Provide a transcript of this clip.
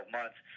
months